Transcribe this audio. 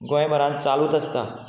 गोंयभरान चालूत आसता